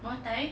muay thai